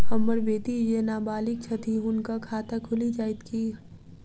हम्मर बेटी जेँ नबालिग छथि हुनक खाता खुलि जाइत की?